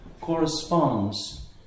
corresponds